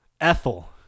Ethel